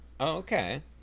Okay